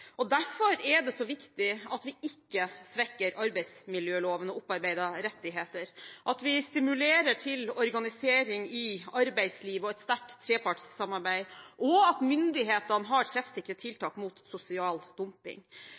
Derfor er det så viktig at vi ikke svekker arbeidsmiljøloven og opparbeidede rettigheter, at vi stimulerer til organisering i arbeidslivet og et sterkt trepartssamarbeid, og at myndighetene har treffsikre tiltak mot sosial dumping,